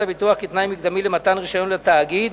הביטוח כתנאי מקדמי למתן רשיון לתאגיד,